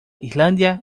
islandia